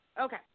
Okay